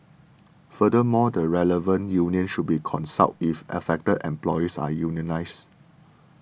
furthermore the relevant union should be consulted if affected employees are unionised